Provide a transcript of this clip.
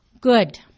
Good